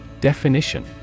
Definition